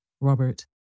Robert